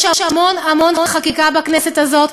יש המון המון חקיקה בכנסת הזאת,